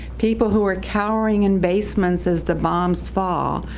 people who are cowering in basements as the bombs fall,